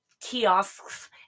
kiosks